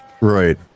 Right